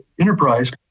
Enterprise